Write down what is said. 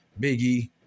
Biggie